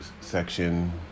section